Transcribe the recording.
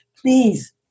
please